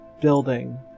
building